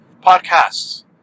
podcasts